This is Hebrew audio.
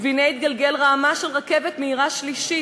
והנה התגלגל רעמה של רכבת שלישית.